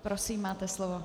Prosím, máte slovo.